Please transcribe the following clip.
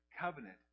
Covenant